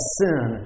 sin